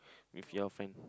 with your friend